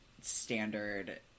standard